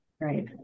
Right